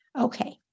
Okay